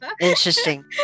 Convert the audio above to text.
Interesting